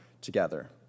together